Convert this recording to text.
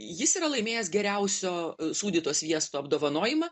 jis yra laimėjęs geriausio sūdyto sviesto apdovanojimą